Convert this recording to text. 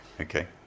Okay